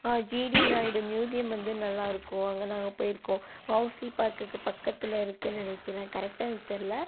GT Naidu museum வந்து நல்லாருக்கும் அங்கே நாங்கள் போயிருக்கோம் வாஉசி பார்க்குக்கு பக்கத்தில் இருக்குனு நினைக்கிறன் கரெக்டாக எனக்கு தெரில